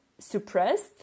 suppressed